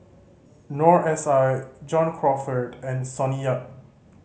Noor S I John Crawfurd and Sonny Yap